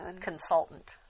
consultant